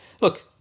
look